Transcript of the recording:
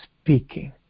speaking